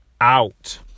out